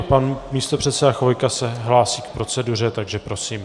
Pan místopředseda Chvojka se hlásí k proceduře, takže prosím.